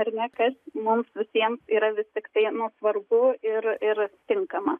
ar ne kas mums visiems yra vis tiktai nu svarbu ir ir tinkama